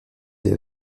des